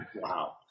Wow